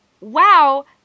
wow